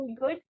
good